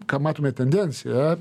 ką matome tendenciją